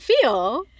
feel